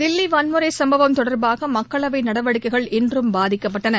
தில்லிவன்முறைசம்பவம் தொடர்பாகமக்களவைநடவடிக்கைகள் இன்றும் பாதிக்கப்பட்டன